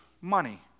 money